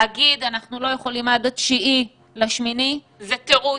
להגיד, אנחנו לא יכולים עד ה-9.8 זה תירוץ,